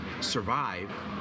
survive